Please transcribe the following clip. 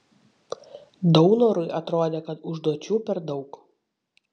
daunorui atrodė kad užduočių per daug